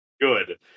Good